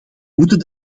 moeten